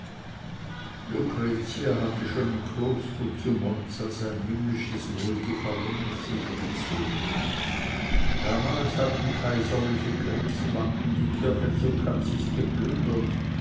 lucretia hatte schon im kloster zu monza sein himmlisches wohlgefallen auf sich gezogen damals hatten kaiserliche kriegsbanden die kirche zu cazis geplündert